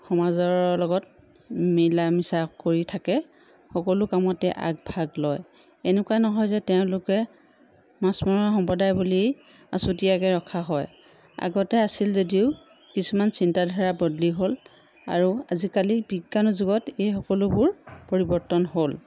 সমাজৰ লগত মিলা মিছা কৰি থাকে সকলো কামতে আগ ভাগ লয় এনেকুৱা নহয় যে তেওঁলোকে মাছমৰীয়া সম্প্ৰদায় বুলি আচুতীয়াকৈ ৰখা হয় আগতে আছিল যদিও কিছুমান চিন্তা ধাৰা বদলি হ'ল আৰু আজিকালি বিজ্ঞানৰ যুগত এই সকলোবোৰ পৰিৱৰ্তন হ'ল